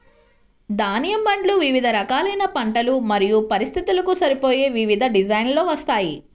ధాన్యం బండ్లు వివిధ రకాలైన పంటలు మరియు పరిస్థితులకు సరిపోయే వివిధ డిజైన్లలో వస్తాయి